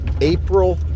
April